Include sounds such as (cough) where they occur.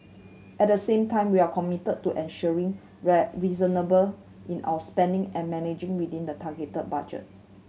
at the same time we are committed to ensuring (unintelligible) reasonable in our spending and managing within the target budget